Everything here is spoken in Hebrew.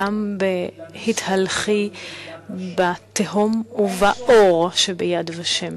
גם בהתהלכי בתהום ובאור ש"ביד ושם".